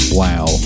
wow